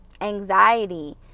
anxiety